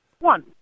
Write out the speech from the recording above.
One